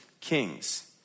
kings